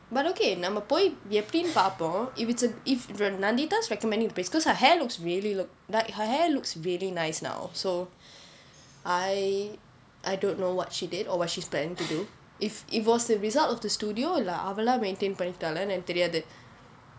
but okay நம்ம போய் எப்படின்னு பார்ப்போம்:namma poi eppadinnu paarppom if it's a if nandita's recommending the place because her hair looks really look like her hair looks really nice now so I I don't know what she did or what she's planning to do if if was the result of the studio இல்லே அவளா:illae avalaa maintain பண்ணிகிட்டாளா எனக்கு தெரியாது:pannikittalaa enakku theriyaathu